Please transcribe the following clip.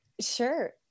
Sure